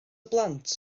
blant